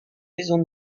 maisons